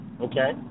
Okay